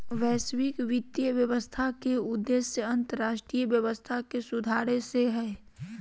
वैश्विक वित्तीय व्यवस्था के उद्देश्य अन्तर्राष्ट्रीय व्यवस्था के सुधारे से हय